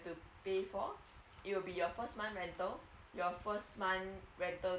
to pay for it will be your first month rental your first month rental